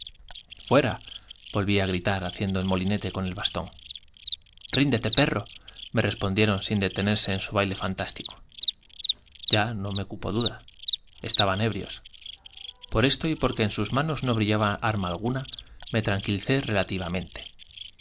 fuera volví á gritar haciendo minete con el bastón ríndete perro me respondieron sin detej nerse en su baile fantástico ya no me cupo duda estaban ebrios por esto y porque en sus manos no brillaba arma alguna me relativamente